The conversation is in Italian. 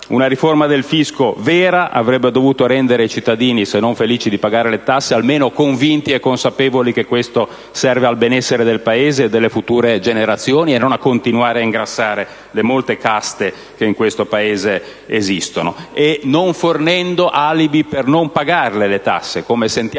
vera riforma del fisco, dunque, avrebbe dovuto rendere i cittadini, se non felici di pagare le tasse, almeno convinti e consapevoli che ciò serve al benessere del Paese e delle future generazioni e non a continuare ad ingrassare le molte caste che in questo Paese esistono, non fornendo alibi per non pagare le tasse, come si